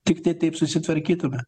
tiktai taip susitvarkytume